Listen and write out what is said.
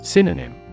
Synonym